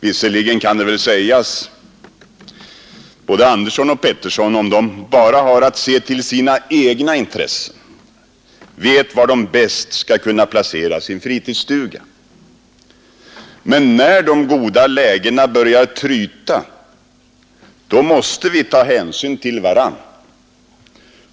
Visserligen kan det väl sägas att både Andersson och Pettersson, om de bara har att se till sina egna intressen, vet var de bäst skall placera sin fritidsstuga. Men när de goda lägena börjar tryta då måste vi ta hänsyn till varandra.